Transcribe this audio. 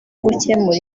gukemura